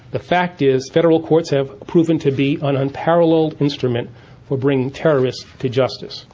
the fact is federal courts have proven to be an unparalleled instrument for bringing terrorists to justice.